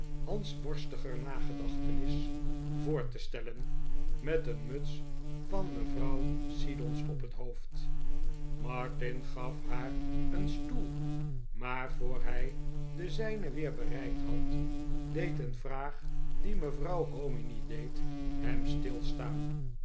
grimaldi hansworstiger nagedachtenis voor te stellen met een muts van mevr siddons op het hoofd martin gaf haar een stoel maar voor hij den zijnen weer bereikt had deed een vraag die mevrouw hominy deed hem stilstaan